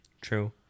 true